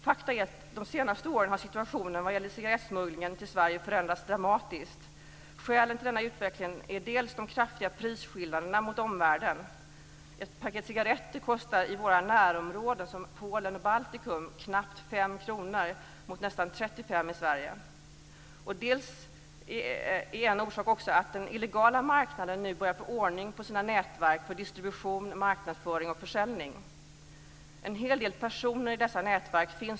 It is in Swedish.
Fakta är att de senaste åren har situationen vad gäller cigarettsmugglingen till Sverige förändrats dramatiskt. Skälen till den här utvecklingen är bl.a. de kraftiga prisskillnaderna mot omvärlden. Ett paket cigaretter kostar i våra närområden, som Sverige.